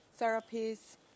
therapies